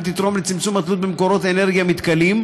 תתרום לצמצום התלות במקורות אנרגיה מתכלים,